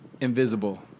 Invisible